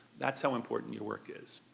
that's how important your work is.